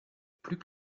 plus